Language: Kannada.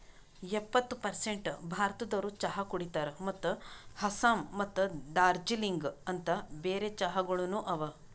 ಎಪ್ಪತ್ತು ಪರ್ಸೇಂಟ್ ಭಾರತದೋರು ಚಹಾ ಕುಡಿತಾರ್ ಮತ್ತ ಆಸ್ಸಾಂ ಮತ್ತ ದಾರ್ಜಿಲಿಂಗ ಅಂತ್ ಬೇರೆ ಚಹಾಗೊಳನು ಅವಾ